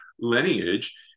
lineage